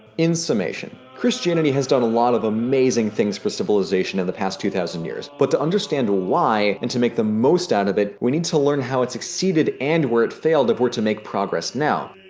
in summation, christianity has done a lot of amazing things for civilization in the past two thousand years, but to understand why and to make the most out of it we need to learn how it succeeded and where it failed if we're to make progress now.